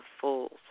fools